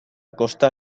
costa